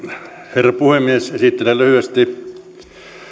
herra puhemies esittelen lyhyesti